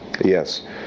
Yes